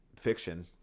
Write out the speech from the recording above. fiction